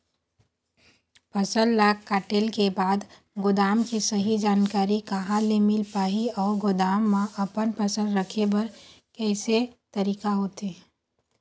फसल ला कटेल के बाद गोदाम के सही जानकारी कहा ले मील पाही अउ गोदाम मा अपन फसल रखे बर कैसे तरीका होथे?